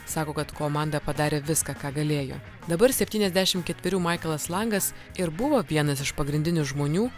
sako kad komanda padarė viską ką galėjo dabar septyniasdešim ketverių maiklas langas ir buvo vienas iš pagrindinių žmonių